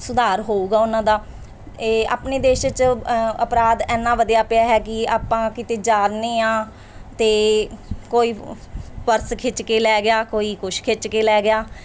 ਸੁਧਾਰ ਹੋਵੇਗਾ ਉਹਨਾਂ ਦਾ ਇਹ ਆਪਣੇ ਦੇਸ਼ 'ਚ ਅਪਰਾਧ ਇੰਨਾ ਵਧੀਆ ਪਿਆ ਹੈ ਕਿ ਆਪਾਂ ਕਿਤੇ ਜਾਂਦੇ ਹਾਂ ਤਾਂ ਕੋਈ ਪਰਸ ਖਿੱਚ ਕੇ ਲੈ ਗਿਆ ਕੋਈ ਕੁਛ ਖਿੱਚ ਕੇ ਲੈ ਗਿਆ